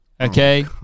Okay